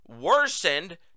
worsened